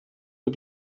nur